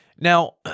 Now